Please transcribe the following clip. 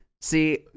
see